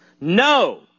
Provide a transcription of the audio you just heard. No